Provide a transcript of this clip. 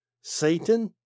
Satan